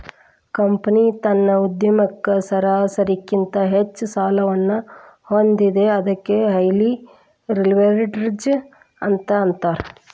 company ತನ್ನ ಉದ್ಯಮಕ್ಕ ಸರಾಸರಿಗಿಂತ ಹೆಚ್ಚ ಸಾಲವನ್ನ ಹೊಂದೇದ ಅದಕ್ಕ ಹೈಲಿ ಲಿವ್ರೇಜ್ಡ್ ಅಂತ್ ಅಂತಾರ